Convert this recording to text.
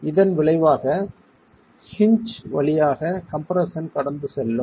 இதன் விளைவாக ஹின்ஜ் வழியாக கம்ப்ரெஸ்ஸன் கடந்து செல்லும்